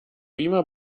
beamer